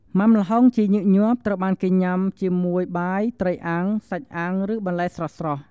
ម៉ាំល្ហុងជាញឹកញាប់ត្រូវបានគេញ៉ាំជាមួយបាយ ត្រីអាំង សាច់អាំង ឬបន្លែស្រស់ៗ។